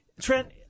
Trent